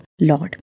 Lord